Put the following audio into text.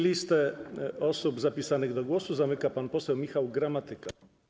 Listę osób zapisanych do głosu zamyka pan poseł Michał Gramatyka.